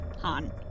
Han